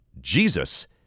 Jesus